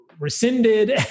rescinded